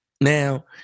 Now